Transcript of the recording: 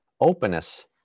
openness